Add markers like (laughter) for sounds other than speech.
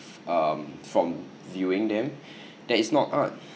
um from viewing them (breath) that is not art